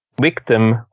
victim